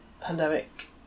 pandemic